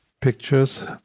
pictures